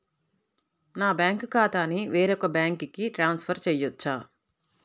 నా బ్యాంక్ ఖాతాని వేరొక బ్యాంక్కి ట్రాన్స్ఫర్ చేయొచ్చా?